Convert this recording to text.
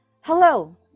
Hello